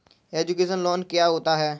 Education loan क्या होता है?